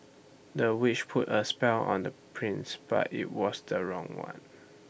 the witch put A spell on the prince but IT was the wrong one